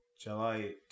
July